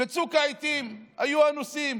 בצוק העיתים היו אנוסים,